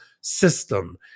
system